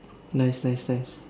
nice nice nice